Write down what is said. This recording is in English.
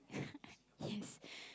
yes